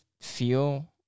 feel